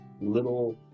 little